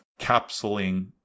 capsuling